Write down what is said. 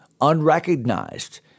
unrecognized